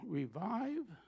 revive